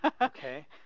Okay